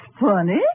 funny